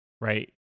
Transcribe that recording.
right